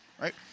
right